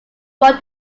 won